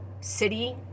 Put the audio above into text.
City